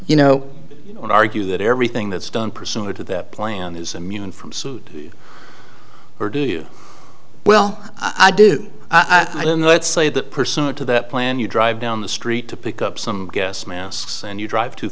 you know argue that everything that's done pursuant to that plan is immune from suit or do you well i do i don't know let's say that pursuant to that plan you drive down the street to pick up some gas masks and you drive too